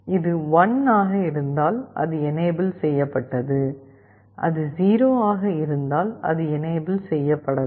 இது 1 ஆக இருந்தால் அது எனேபிள் செய்யப்பட்டது அது 0 ஆக இருந்தால் அது எனேபிள் செய்யப்படவில்லை